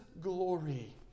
glory